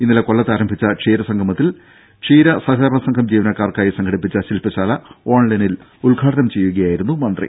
ഇന്നലെ കൊല്ലത്ത് ആരംഭിച്ച ക്ഷീരസംഗമത്തിൽ ക്ഷീരസഹകരണ സംഘം ജീവനക്കാർക്കായി സംഘടിപ്പിച്ച ശില്പശാല ഓൺലൈനായി ഉദ്ഘാടനം ചെയ്യുകയായിരുന്നു മന്ത്രി